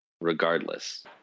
regardless